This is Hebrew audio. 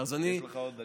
יש לך עוד דקה.